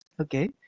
okay